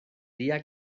día